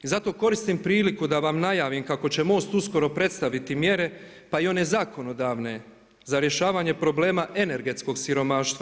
I zato koristim priliku da vam najavim kako će MOST uskoro predstaviti mjere pa i one zakonodavne za rješavanje problema energetskog siromaštva.